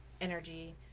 energy